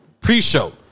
pre-show